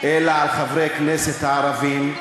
אלא על חברי כנסת הערבים,